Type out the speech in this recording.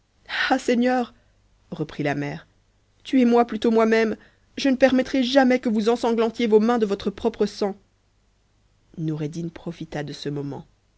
seigneur reprit la mcr tuez-moi plutôt moi-même je ne permettrai jamais que vous ensangtan tiez vos mains de votre propre sang a noureddin profita de ce moment